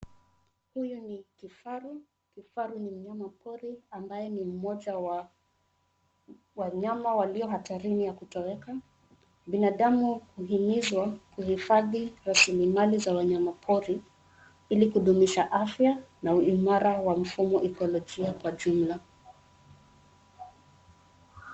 Huyu ni kifaru. Kifaru ni mnyama pori ambaye ni mmoja wa wanyama walio hatarini ya kutoweka. Binadamu huhimizwa kuhifadhi raslimali za wanyama pori ili kudumisha afya na uimara wa mfumo ikolojia kwa jumla.